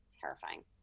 terrifying